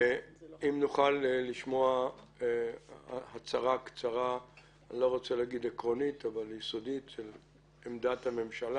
האם נוכל לשמוע הצהרה קצרה לגבי עמדות הממשלה,